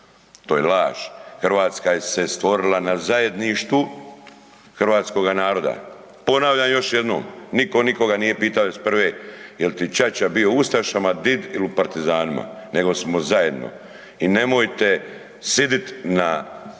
To je laž. Hrvatska se stvorila na zajedništvu hrvatskoga naroda. Ponavljam još jednom, niko nikoga nije pitao '91. jel ti ćaća bio ustaša ili djed ili u partizanima nego smo zajedno i nemojte sjedit na